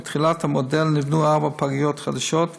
מתחילת המודל נבנו ארבע פגיות חדשות,